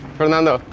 fernando.